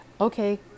okay